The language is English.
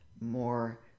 more